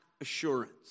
assurance